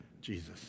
Jesus